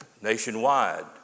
nationwide